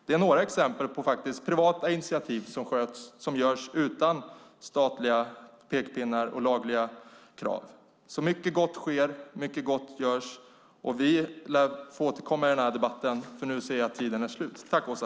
Det är några exempel på privata initiativ som tas utan statliga pekpinnar och lagliga krav. Mycket gott sker, mycket gott görs, och vi lär få återkomma till den här debatten. Tack, Åsa!